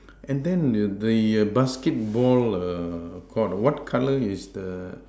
and then the err the basketball err court what color is the